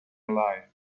alive